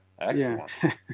excellent